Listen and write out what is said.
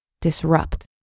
Disrupt